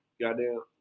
goddamn